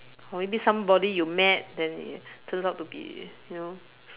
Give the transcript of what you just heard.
or maybe somebody you met then it turns out to be you know